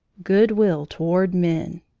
good will toward men!